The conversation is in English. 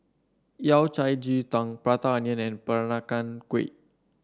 Yao Cai Ji Tang Prata Onion and Peranakan Kueh